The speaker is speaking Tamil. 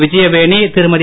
விஜயவேணி திருமதி